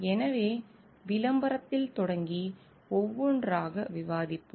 எனவே விளம்பரத்தில் தொடங்கி ஒவ்வொன்றாக விவாதிப்போம்